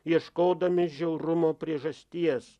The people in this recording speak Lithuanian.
ieškodami žiaurumo priežasties